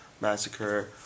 massacre